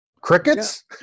Crickets